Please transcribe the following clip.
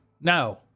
No